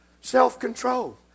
Self-control